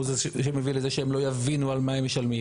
הוא זה שמביא לזה שהם לא יבינו על מה הם משלמים.